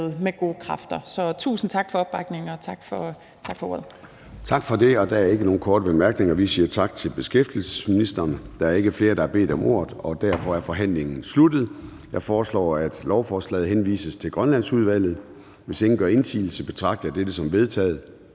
med gode kræfter. Så tusind tak for opbakningen, og tak for ordet. Kl. 11:04 Formanden (Søren Gade): Tak for det. Der er ikke nogen korte bemærkninger. Vi siger tak til beskæftigelsesministeren. Der er ikke flere, der har bedt om ordet, og derfor er forhandlingen sluttet. Jeg foreslår, at lovforslaget henvises til Grønlandsudvalget. Hvis ingen gør indsigelse, betragter jeg dette som vedtaget.